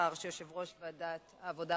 לאחר שיושב-ראש ועדת העבודה,